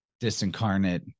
disincarnate